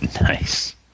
Nice